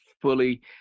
fully